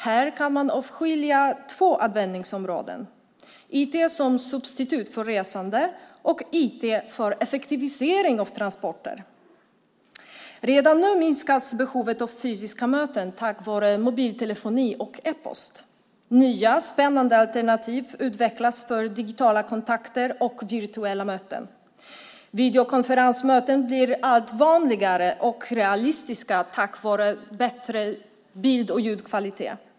Här kan man avskilja två användningsområden: IT som substitut för resande och IT för effektivisering av transporter. Redan nu minskas behovet av fysiska möten tack vare mobiltelefoni och e-post. Nya spännande alternativ utvecklas för digitala kontakter och virtuella möten. Videokonferensmöten blir allt vanligare och realistiska tack vare bättre bild och ljudkvalitet.